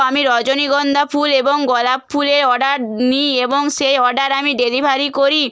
আমি রজনীগন্ধা ফুল এবং গোলাপ ফুলে অর্ডার নিই এবং সেই অর্ডার আমি ডেলিভারি করি